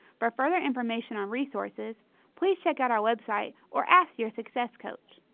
for further information on resources please check out our website or ask your success coach!